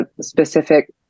specific